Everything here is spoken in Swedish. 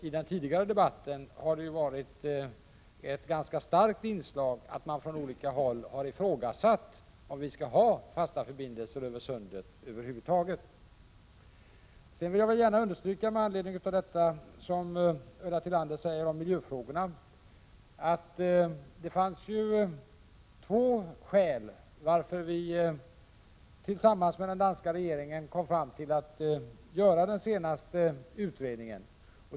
I den tidigare debatten har det ju på olika håll varit ett ganska starkt inslag av ifrågasättande av om vi över huvud taget skall ha fasta förbindelser över sundet. Med anledning av det som Ulla Tillander sade om miljöfrågorna vill jag understryka att det fanns två skäl till att vi tillsammans med den danska regeringen kom fram till att göra den senaste utredningen.